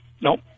nope